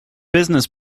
business